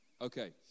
Okay